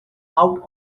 out